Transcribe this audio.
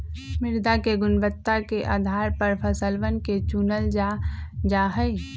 मृदा के गुणवत्ता के आधार पर फसलवन के चूनल जा जाहई